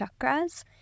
chakras